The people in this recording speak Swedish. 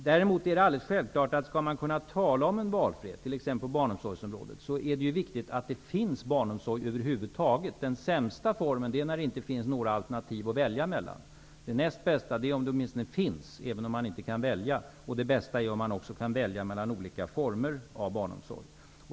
Däremot är det alldeles självklart att skall man kunna tala om valfrihet på t.ex. barnomsorgsområdet, är det viktigt att det finns barnomsorg över huvud taget. Den sämsta formen är att det inte finns något alternativ alls att välja. Den näst bästa att det åtminstone finns en barnomsorg, även om man inte kan välja. Den bästa är om man får välja mellan olika former av barnomsorg.